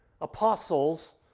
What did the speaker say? apostles